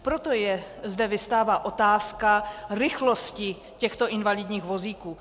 Proto zde vyvstává otázka rychlosti těchto invalidních vozíků.